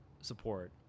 support